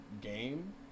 game